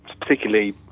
particularly